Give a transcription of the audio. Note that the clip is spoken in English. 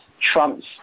Trump's